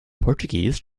portuguese